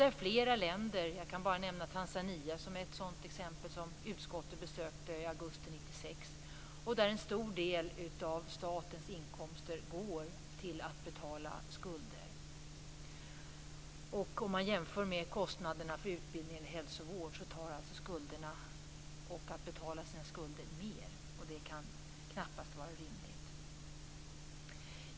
I flera länder - jag kan bara nämna Tanzania som ett sådant exempel, som utskottet besökte i augusti 1996 - går en stor del av statens inkomster till att betala skulder. Om man jämför med kostnaderna för utbildning och hälsovård ser man att betalningen av skulderna tar mer. Det kan knappast vara rimligt.